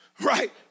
right